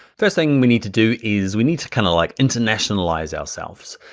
first thing we need to do is, we need to kind of like internationalize ourselves,